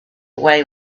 away